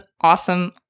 awesome